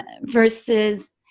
versus